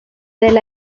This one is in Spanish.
del